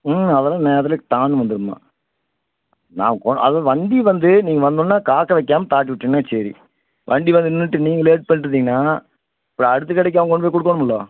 ம் அதெலாம் நேரத்திலே டான்னு வந்திரும்மா நான் கொ அது வண்டி வந்து நீங்கள் வந்தவுடனே காக்க வைக்காமல் தாட்டி விட்டிங்கனா சரி வண்டி வந்து நின்றிட்டு நீங்கள் லேட் பண்ணிவிட்டு இருந்தீங்கனால் அப்புறம் அடுத்த கடைக்கு அவங்க கொண்டு போய் கொடுக்கோணும்ல